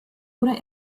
oder